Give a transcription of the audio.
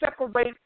separate